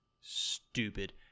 stupid